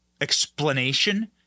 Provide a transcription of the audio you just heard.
explanation